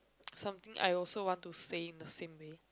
something I also want to say in the same way